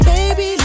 Baby